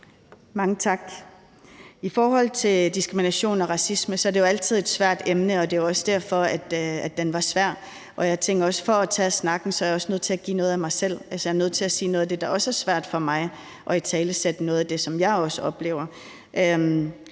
Mange tak. I forhold til diskrimination og racisme er det jo altid et svært emne, og det er også derfor, at den var svær. Jeg tænker også, at for at tage snakken er jeg nødt til at give noget af mig selv. Jeg er nødt til at sige noget af det, der også er svært for mig, og italesætte noget af det, som jeg også oplever.